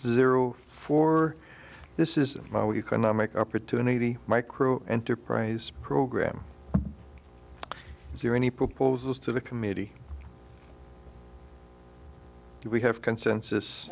zero four this is my we cannot make opportunity micro enterprise program is there any proposals to the committee we have consensus